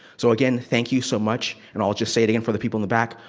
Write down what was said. so again, thank you so much, and i'll just say it again for the people in the back.